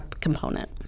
component